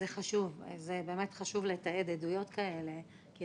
זה חשוב, חשוב לתעד עדויות כאלה, זה